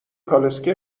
کالسکه